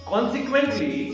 Consequently